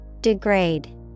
Degrade